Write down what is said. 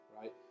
right